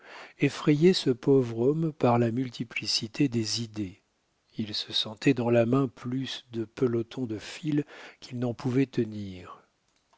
ce pauvre homme par la multiplicité des idées il se sentait dans la main plus de pelotons de fil qu'il n'en pouvait tenir